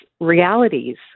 realities